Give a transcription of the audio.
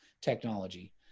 technology